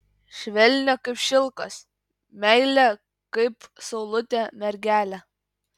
švelnią kaip šilkas meilią kaip saulutė mergelę